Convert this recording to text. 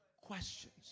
questions